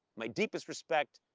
my deepest respect,